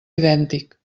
idèntic